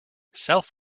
self